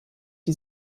die